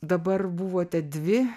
dabar buvote dvi